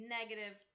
negative